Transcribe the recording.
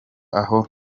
aho